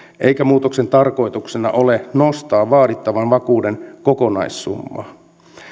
eikä muutoksen tarkoituksena ole nostaa vaadittavan vakuuden kokonaissummaa